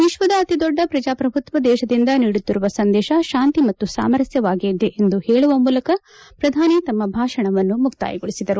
ವಿಶ್ವದ ಅತಿ ದೊಡ್ಡ ಪ್ರಜಾಪ್ರಭುತ್ವ ದೇಶದಿಂದ ನೀಡುತ್ತಿರುವ ಸಂದೇಶ ಶಾಂತಿ ಮತ್ತು ಸಾಮರಸ್ಥವಾಗಿದೆ ಎಂದು ಹೇಳುವ ಮೂಲಕ ಪ್ರಧಾನಿ ತಮ್ಮ ಭಾಷಣವನ್ನು ಮುಕ್ತಾಯಗೊಳಿಸಿದರು